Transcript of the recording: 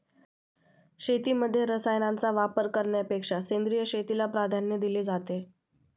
शेतीमध्ये रसायनांचा वापर करण्यापेक्षा सेंद्रिय शेतीला प्राधान्य दिले जाते